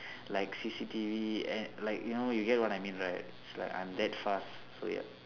like C_C_T_V and like you know you get what I mean right it's like I'm that fast so ya